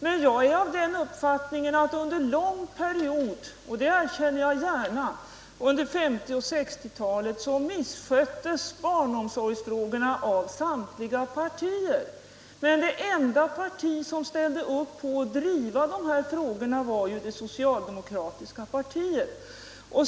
Men jag erkänner gärna att under en lång period under 1950 och 1960-talen missköttes barnomsorgsfrågorna av samtliga partier. Det enda parti som ställde upp för att driva de här frågorna var ändå det socialdemokratiska partiet.